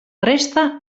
resta